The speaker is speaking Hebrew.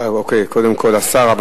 אוקיי, קודם כול השר.